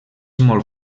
molt